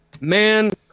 Man